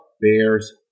bears